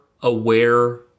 aware